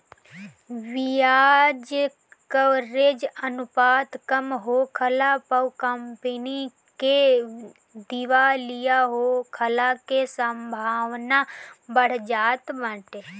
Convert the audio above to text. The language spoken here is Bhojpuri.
बियाज कवरेज अनुपात कम होखला पअ कंपनी के दिवालिया होखला के संभावना बढ़ जात बाटे